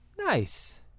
Nice